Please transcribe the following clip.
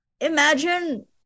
Imagine